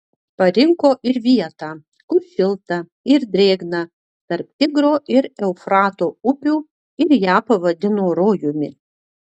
parinko ir vietą kur šilta ir drėgna tarp tigro ir eufrato upių ir ją pavadino rojumi